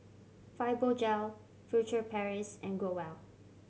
Fibogel Furtere Paris and Growell